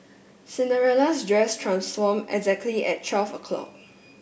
Cinderella's dress transformed exactly at twelve o' clock